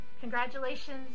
Congratulations